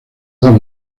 dos